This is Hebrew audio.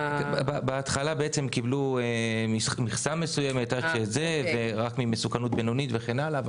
בהתחלה קיבלו מכסה מסוימת רק ממסוכנות בינונית וכן הלאה.